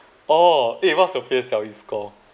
oh wait what's your P_S_L_E score